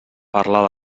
parlar